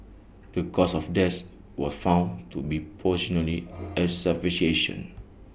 the cause of death was found to be asphyxiation